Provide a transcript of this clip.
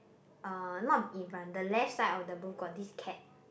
uh not in front the left side of the booth got this cat